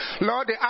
Lord